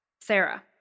Sarah